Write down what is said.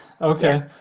Okay